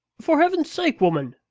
for heaven's sake, woman,